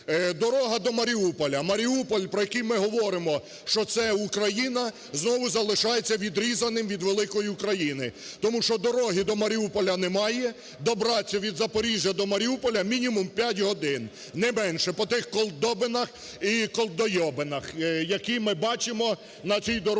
Маріуполя. Маріуполь, про який ми говоримо, що це Україна, знову залишається відрізаним від великої України. Тому що дороги до Маріуполя немає, добраться від Запоріжжя до Маріуполя - мінімум, п'ять годин, не менше, по тих колдобинах і колдойобинах, які ми бачимо на цій дорозі